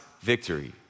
victory